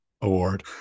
award